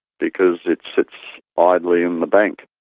because it sits ah idly in the bank.